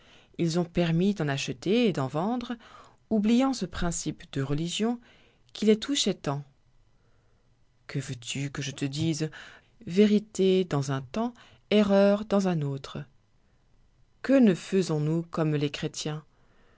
ils ont permis d'en acheter et d'en vendre oubliant ce principe de religion qui les touchoit tant que veux-tu que je te dise vérité dans un temps erreur dans un autre que ne faisons-nous comme les chrétiens